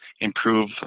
improve